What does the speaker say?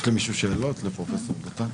חברים, אני מנסה להבין את הצעתו של פרופ' פרידמן,